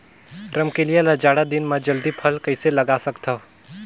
रमकलिया ल जाड़ा दिन म जल्दी फल कइसे लगा सकथव?